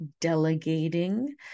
delegating